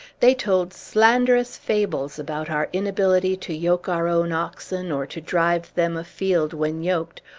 they told slanderous fables about our inability to yoke our own oxen, or to drive them afield when yoked,